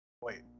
Wait